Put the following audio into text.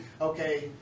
okay